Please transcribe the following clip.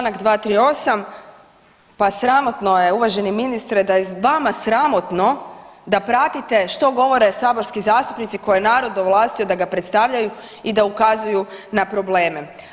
Članak 238. pa sramotno je, uvaženi ministre, da je vama sramotno da pratite što govore saborski zastupnici koje je narod ovlastio da ga predstavljaju i da ukazuju na probleme.